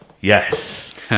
Yes